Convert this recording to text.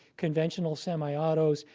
conventional semi-autos.